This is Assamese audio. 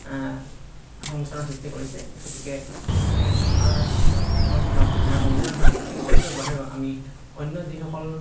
সংমিশ্ৰণৰ সৃষ্টি কৰিছে গতিকে আমাৰ অঞ্চলত আমাৰ নিজৰ সাংস্কৃতিক পৰিচয়ৰ বাহিৰেও আমি অন্য যিসকল